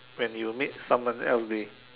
when you made someone else's day